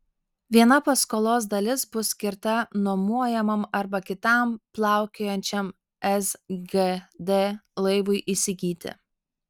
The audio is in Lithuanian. viena paskolos dalis bus skirta nuomojamam arba kitam plaukiojančiam sgd laivui įsigyti